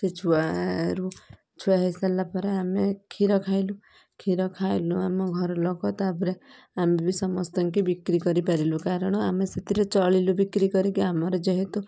ସେ ଛୁଆରୁ ଛୁଆ ହେଇସରିଲା ପରେ ଆମେ କ୍ଷୀର ଖାଇଲୁ କ୍ଷୀର ଖାଇଲୁ ଆମ ଘର ଲୋକ ତା'ପରେ ଆମେ ବି ସମସ୍ତଙ୍କି ବିକ୍ରି କରିପାରିଲୁ କାରଣ ଆମେ ସେଥିରେ ଚଳିଲୁ ବିକ୍ରି କରିକି ଆମର ଯେହେତୁ